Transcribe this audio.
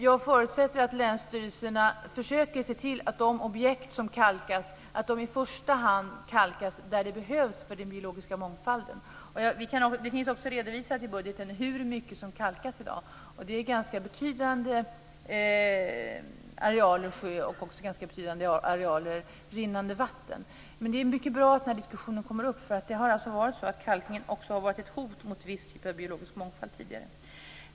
Jag förutsätter att länsstyrelserna försöker se till att de objekt som kalkas i första hand kalkas där det behövs för den biologiska mångfalden. Det finns också redovisat i budgeten hur mycket som kalkas i dag. Det är ganska betydande arealer sjö och även ganska betydande arealer rinnande vatten. Det är mycket bra att denna diskussion kommer upp, för det har varit så att kalkningen också har varit ett hot mot en viss typ av biologisk mångfald tidigare.